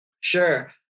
Sure